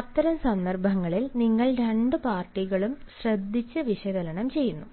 അത്തരം സന്ദർഭങ്ങളിൽ നിങ്ങൾ രണ്ട് പാർട്ടികളും ശ്രദ്ധിച്ച് വിശകലനം ചെയ്യുന്നു